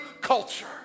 culture